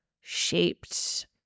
shaped